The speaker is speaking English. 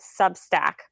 Substack